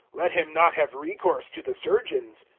let him not have recourse to the surgeons.